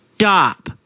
stop